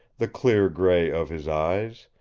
the clear gray of his eyes,